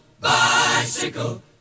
Bicycle